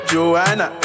Joanna